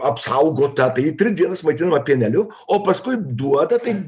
apsaugota tai tris dienas maitinama pieneliu o paskui duoda tai